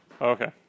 Okay